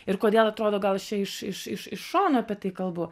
ir kodėl atrodo gal aš čia iš iš iš iš šono apie tai kalbu